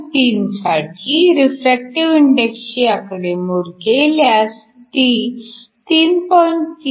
3 साठी रिफ्रॅक्टिव्ह इंडेक्सची आकडेमोड केल्यास ती 3